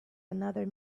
another